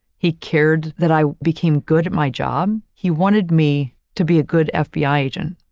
he cared that i became good at my job. he wanted me to be a good fbi agent.